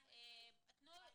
מ-19.